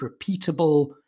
repeatable